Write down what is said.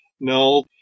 No